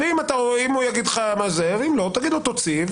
אתה תגיד לו "תוציא",